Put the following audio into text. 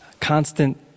Constant